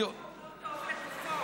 החוק לא טוב לגופו.